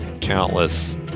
countless